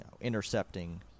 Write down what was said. intercepting